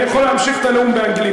אני יכול להמשיך את הנאום באנגלית,